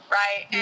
right